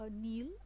Neil